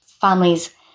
Families